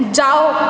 ਜਾਓ